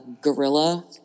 gorilla